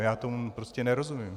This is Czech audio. Já tomu prostě nerozumím.